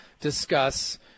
discuss